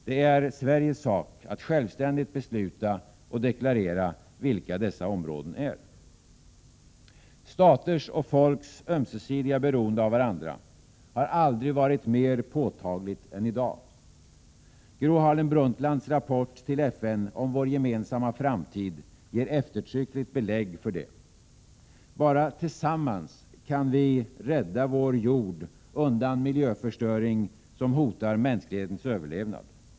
Det är Sveriges sak att I självständigt besluta och deklarera vilka dessa områden är. Staters och folks ömsesidiga beroende av varandra har aldrig varit mer påtagligt än i dag. Gro Harlem Brundtlands rapport till FN om vår gemensamma framtid ger eftertryckligt belägg för det. Bara tillsammans kan vi rädda vår jord undan en miljöförstöring som hotar mänsklighetens överlevnad.